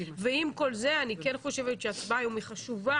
ועם כל זה אני כן חושבת שההצבעה היום היא חשובה.